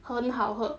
很好喝